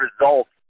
results